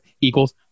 equals